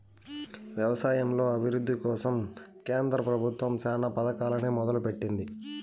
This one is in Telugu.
వ్యవసాయంలో అభివృద్ది కోసం కేంద్ర ప్రభుత్వం చానా పథకాలనే మొదలు పెట్టింది